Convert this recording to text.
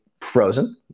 frozen